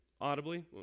audibly